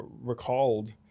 recalled